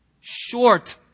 short